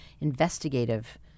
investigative